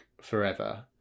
forever